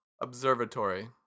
Observatory